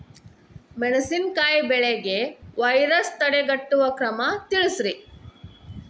ಮೆಣಸಿನಕಾಯಿ ಬೆಳೆಗೆ ವೈರಸ್ ತಡೆಗಟ್ಟುವ ಕ್ರಮ ತಿಳಸ್ರಿ